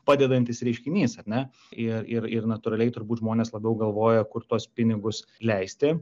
padedantis reiškinys ar ne ir ir ir natūraliai turbūt žmonės labiau galvoja kur tuos pinigus leisti